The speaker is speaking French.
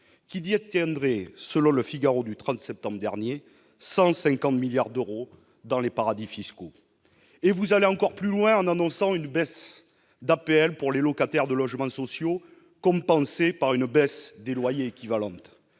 qui dit selon Le Figaro du train de septembre dernier, 150 milliards d'euros dans les paradis fiscaux et vous allez encore plus loin en annonçant une baisse d'APL pour les locataires de logements sociaux, compensée par une baisse des loyers équivalentes,